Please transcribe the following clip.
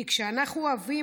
כי כשאנחנו אוהבים,